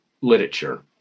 literature